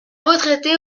retraités